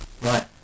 Right